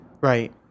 right